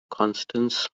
constants